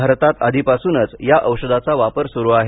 भारतात आधीपासूनच या औषधाचा वापर सुरू आहे